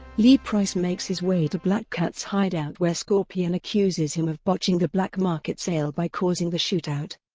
lee price makes his way to black cat's hideout where scorpion accuses him of botching the black market sale by causing the shoot-out.